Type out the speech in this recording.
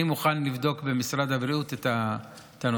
אני מוכן לבדוק במשרד הבריאות את הנושא.